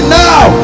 now